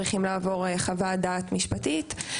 צריכים לעבור חוות דעת משפטית.